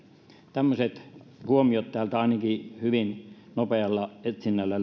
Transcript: tämmöiset huomiot täältä ainakin hyvin nopealla etsinnällä